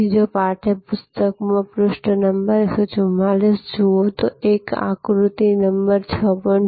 તેથી જો તમે પાઠ્યપુસ્તકમાં પૃષ્ઠ નંબર 144 જુઓ છો તો એક આકૃતિ નંબર 6